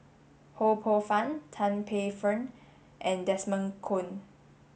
Ho Poh Fun Tan Paey Fern and Desmond Kon